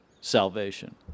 salvation